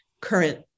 current